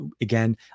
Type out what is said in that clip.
again